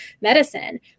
medicine